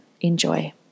Enjoy